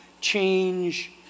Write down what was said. change